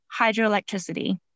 hydroelectricity